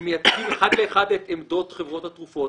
שמייצגים אחד לאחד את עמדות חברות התרופות.